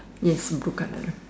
yes blue colour